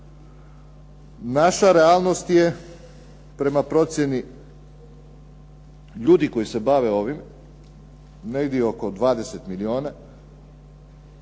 Naša realnost je prema, procjeni ljudi koji se bave ovim, negdje oko 20 milijuna,